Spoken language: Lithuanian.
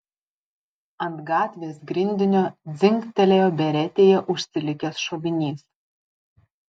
ant gatvės grindinio dzingtelėjo beretėje užsilikęs šovinys